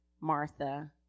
Martha